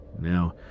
Now